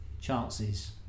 chances